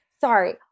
Sorry